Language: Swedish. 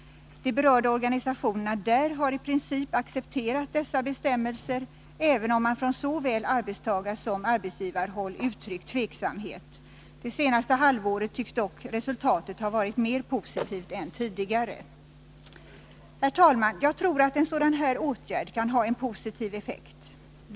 De berörda organisationerna där har i princip accepterat dessa bestämmelser, även om man från såväl arbetstagarsom arbetsgivarhåll har uttryckt tveksamhet. Det senaste halvåret tycks dock resultatet ha varit mer positivt än tidigare. Herr talman! Jag tror att en sådan här åtgärd kan ha en positiv effekt.